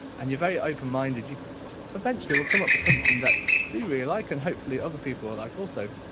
and you're very open-minded, you eventually will come up with something that you do really like, and hopefully other people will like also.